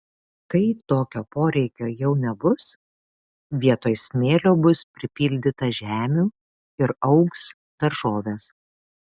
kai tokio poreikio jau nebus vietoj smėlio bus pripildyta žemių ir augs daržovės